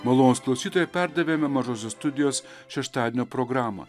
malonūs klausytojai perdavėme mažosios studijos šeštadienio programą